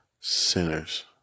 sinners